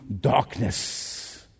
darkness